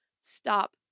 Stop